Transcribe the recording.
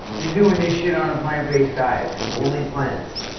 you're doing this shit on a plant-based diet. only plants?